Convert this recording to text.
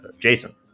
Jason